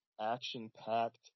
action-packed